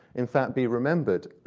in fact, be remembered,